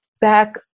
back